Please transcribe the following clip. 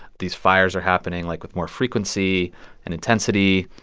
these fires are happening, like, with more frequency and intensity.